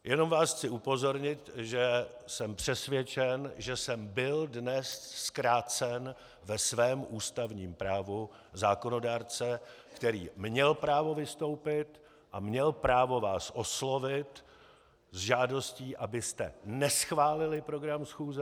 Jenom vás chci upozornit, že jsem přesvědčen, že jsem byl dnes zkrácen ve svém ústavním právu zákonodárce, který měl právo vystoupit a měl právo vás oslovit s žádostí, abyste neschválili program schůze.